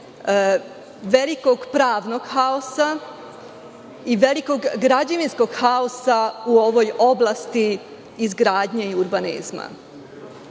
velikog pravnog haosa i velikog građevinskog haosa u ovoj oblasti izgradnje i urbanizma. Dakle,